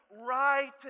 right